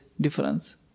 difference